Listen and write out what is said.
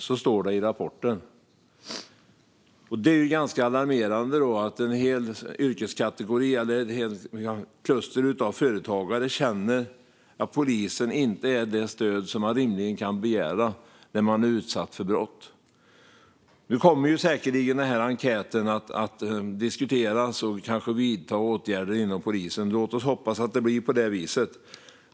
Det är ganska alarmerande att en hel yrkeskategori, eller snarare ett helt kluster av företagare, känner att polisen inte ger det stöd som man rimligen kan begära när man är utsatt för brott. Nu kommer säkerligen den här enkäten att diskuteras. Det kanske kommer att vidtas åtgärder inom polisen. Låt oss hoppas att det blir på det viset!